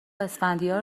اسفندیار